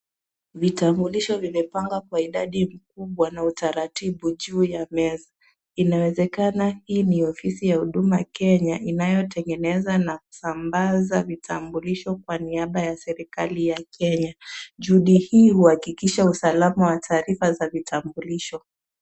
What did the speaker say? Vitambulisho vimepangwa kwa idadi kubwa na utaratibu juu ya meza. Inawezekana hii ni ofisi ya Huduma Kenya, inayotengeneza na kusambaza vitambulisho kwa niaba ya serikali ya Kenya. Juhudi hii huhakikisha usalama wa taarifa za vitambulisho.